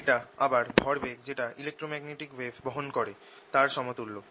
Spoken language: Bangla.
এটা আবার ভরবেগ যেটা ইলেক্ট্রোম্যাগনেটিক ওয়েভ বহন করে তার সমতুল্য